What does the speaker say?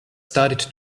started